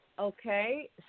Okay